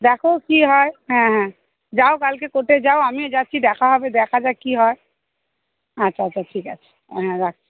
দেখো কী হয় হ্যাঁ হ্যাঁ যাও কালকে কোর্টে যাও আমি যাচ্ছি দেখা হবে দেখা যাক কী হয় আচ্ছা আচ্ছা ঠিক আছে হ্যাঁ রাখছি